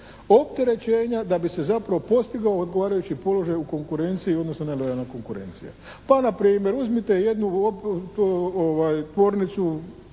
opterećenja da bi se zapravo postigao odgovarajući položaj u konkurenciji, odnosno nelojalne konkurencije. Pa npr. uzmite jednu tvornicu,